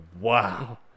wow